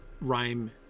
rhyme